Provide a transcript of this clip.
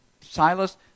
Silas